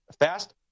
fast